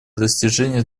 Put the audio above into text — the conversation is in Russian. достижения